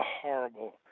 horrible